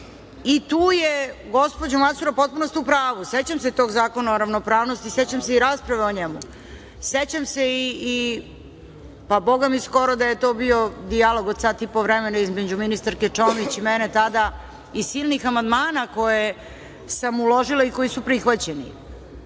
je gospođa Macura u potpunosti u pravu. Sećam se tog Zakona o ravnopravnosti, sećam se i rasprave o njemu. Sećam se, pa bogami da je skoro to bio dijalog od sat i po vremena između ministarke Čomić i mene tada i silnih amandmana koje sam uložila i koji su prihvaćeni.